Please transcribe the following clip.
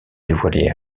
dévoilés